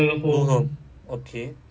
google home okay